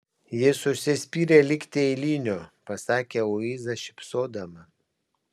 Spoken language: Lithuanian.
jis užsispyrė likti eiliniu pasakė luiza šypsodama